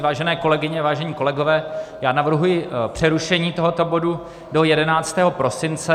Vážené kolegyně, vážení kolegové, navrhuji přerušení tohoto bodu do 11. prosince 2020.